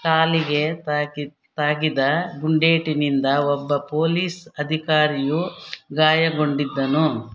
ಕಾಲಿಗೆ ತಾಗಿದ ತಾಗಿದ ಗುಂಡೇಟಿನಿಂದ ಒಬ್ಬ ಪೊಲೀಸ್ ಅಧಿಕಾರಿಯು ಗಾಯಗೊಂಡಿದ್ದನು